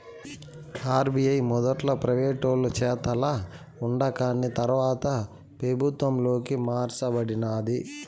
RBI మొదట్ల ప్రైవేటోలు చేతల ఉండాకాని తర్వాత పెబుత్వంలోకి మార్స బడినాది